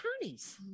attorneys